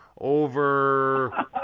over